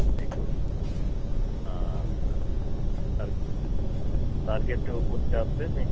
మీకు సార్ టా టార్గెట్టు పూర్తిచాస్తే మీకు